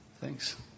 Thanks